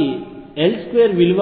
కాబట్టి L2 విలువ